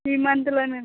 ఈ మంత్లోనే మేడం